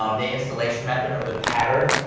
um the installation method, or the pattern.